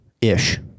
ish